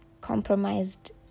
compromised